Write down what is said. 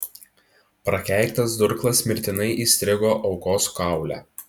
prakeiktas durklas mirtinai įstrigo aukos kaule